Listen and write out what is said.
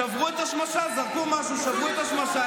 שברו את השמשה.